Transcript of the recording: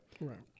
Right